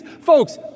folks